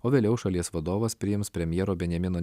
o vėliau šalies vadovas priims premjero benjamino